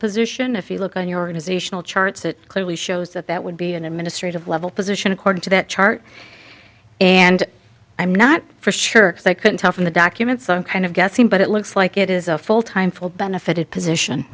position if you look on your organization charts it clearly shows that that would be an administrative level position according to that chart and i'm not for sure they couldn't tell from the documents i'm kind of guessing but it looks like it is a full time full benefited position